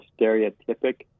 stereotypic